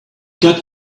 got